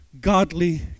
godly